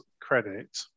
credit